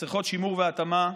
שצריכות שימור והתאמה,